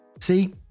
See